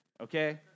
okay